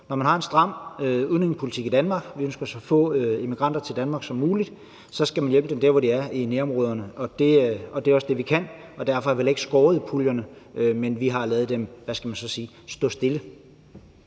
når man har en stram udlændingepolitik i Danmark – vi ønsker så få migranter til Danmark som muligt – skal man hjælpe dem der, hvor de er, nemlig i nærområderne. Det er også det, vi kan, og derfor har vi heller ikke skåret i puljerne, men vi har ladet dem stå stille, om man så må sige.